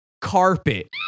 Carpet